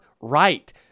right